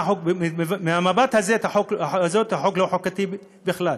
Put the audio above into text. וגם החוק, מהמבט הזה, החוק הזה לא חוקתי בכלל.